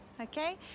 okay